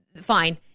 fine